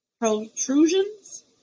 protrusions